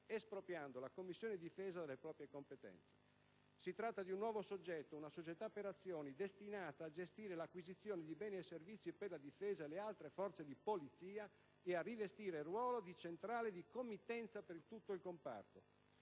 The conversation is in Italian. espropriando la Commissione difesa delle proprie competenze. Si tratta di un nuovo soggetto, una società per azioni, destinata a gestire l'acquisizione di beni e servizi per la Difesa e le altre Forze di polizia, e a rivestire il ruolo di centrale di committenza per tutto il comparto.